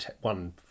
one